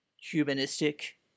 humanistic